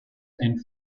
and